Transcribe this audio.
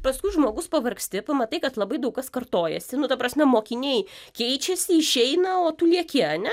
paskui žmogus pavargsti pamatai kad labai daug kas kartojasi nu ta prasme mokiniai keičiasi išeina o tu lieki ane